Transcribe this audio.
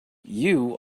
you